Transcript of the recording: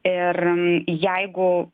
ir jeigu